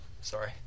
Sorry